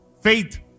Faith